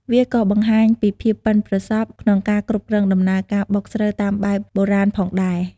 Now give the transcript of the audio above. វាក៏បង្ហាញពីភាពប៉ិនប្រសប់ក្នុងការគ្រប់គ្រងដំណើរការបុកស្រូវតាមបែបបុរាណផងដែរ។